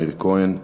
מאיר כהן.